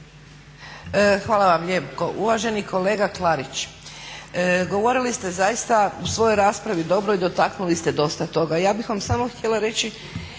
Hvala vam lijepo. Uvaženi kolega Klarić, govorili ste u svojoj raspravi zaista dobro i dotaknuli ste dosta toga. Ja bih vam htjela reći